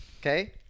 Okay